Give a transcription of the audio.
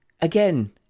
again